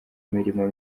mirimo